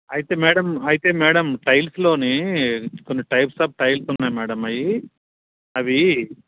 అయితే మేడం అయితే మేడం టైల్స్లోని కొన్ని టైప్స్ ఆఫ్ టైల్స్ ఉన్నాయి మేడం అవి అవి